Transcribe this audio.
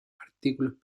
artículos